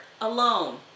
alone